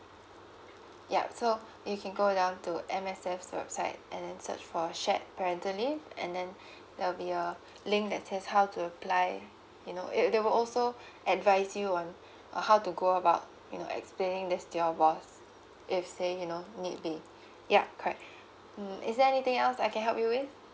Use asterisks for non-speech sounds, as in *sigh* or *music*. yup so you can go down to M_S_F website and then search for shared parental leave and then *breath* there will be a link that says how to apply you know it they will also advise you on uh how to go about you know explaining this to your boss if say you know need be yup correct *breath* mm is there anything else that I can help you with